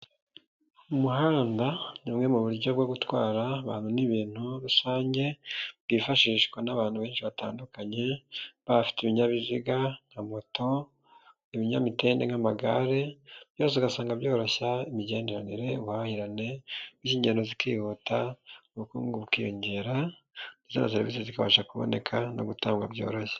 Umuhanda ni umwe mu buryo bwo gutwara abantu n'ibintu rusange bwifashishwa n'abantu benshi batandukanye, baba bafite ibinyabiziga nka moto, ibinyamitende nk'amagare, byose ugasanga byoroshya imigenderanire, ubuhahirane, n'izi ngendo zikihuta, ubukungu bukiyongera na za serivisi zibasha kuboneka no gutangwa byoroshye.